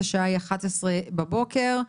השעה היא 11:00 בבוקר.